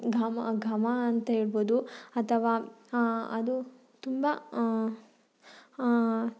ಘಮ ಘಮ ಅಂತ ಹೇಳ್ಬೋದು ಅಥವಾ ಅದು ತುಂಬ